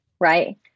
right